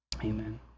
Amen